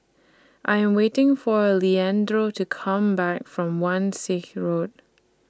I Am waiting For Leandro to Come Back from Wan Shih Road